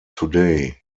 today